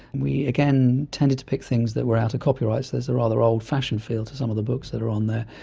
we again tended to pick things that were out of copyright, so there's a rather old-fashioned feel to some of the books that are on there.